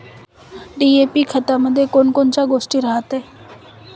DAP खतामंदी कोनकोनच्या गोष्टी रायते?